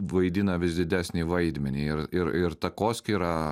vaidina vis didesnį vaidmenį ir ir ir takoskyrą